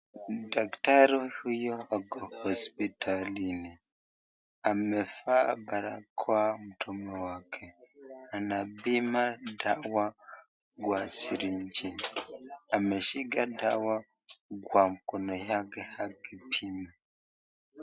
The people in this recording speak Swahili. Daktari huyo wako hospitalini, amevaa barakoa mdomo wake, anapima dawa kwa sirinji ameshika dawa kwa mkono yake akimshi ...